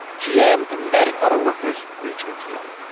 gm and the united auto workers reach a deal.